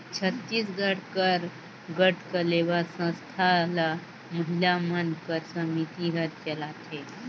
छत्तीसगढ़ कर गढ़कलेवा संस्था ल महिला मन कर समिति हर चलाथे